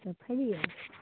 सब खैलियै